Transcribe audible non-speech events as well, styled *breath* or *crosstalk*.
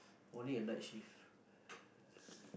only at night shift *breath*